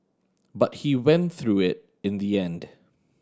but he went through it in the end